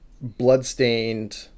bloodstained